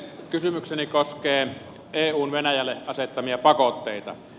kysymykseni koskee eun venäjälle asettamia pakotteita